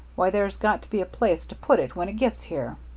why, there's got to be a place to put it when it gets here.